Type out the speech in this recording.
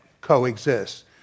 coexist